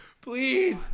Please